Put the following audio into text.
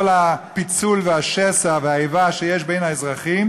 כל הפיצול והשסע והאיבה שיש בין האזרחים,